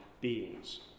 beings